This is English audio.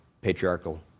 patriarchal